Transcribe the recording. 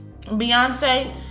Beyonce